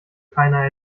keiner